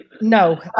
No